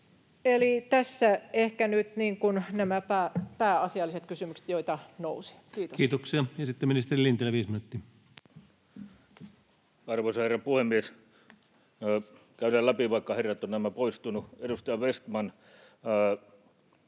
Tässä ehkä nyt nämä pääasialliset kysymykset, joita nousi. — Kiitos. Kiitoksia. — Ja sitten ministeri Lintilä, viisi minuuttia. Arvoisa herra puhemies! Käydään läpi, vaikka herrat ovat näemmä poistuneet. Edustaja Vestman,